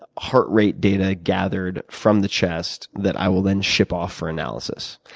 heart rate data gathered from the chest that i will then ship off for analysis.